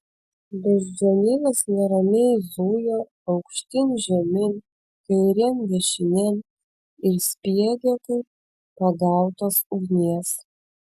beždžionėlės neramiai zujo aukštyn žemyn kairėn dešinėn ir spiegė kaip pagautos ugnies